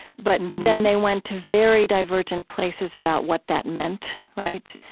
but then they went to very divergent places about what that meant, right?